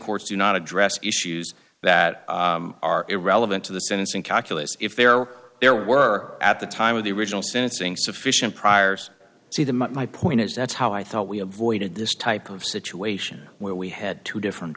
courts do not address issues that are irrelevant to the sentencing calculus if there were there were at the time of the original sentencing sufficient priors see the my point is that's how i thought we avoided this type of situation where we had two different